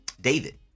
David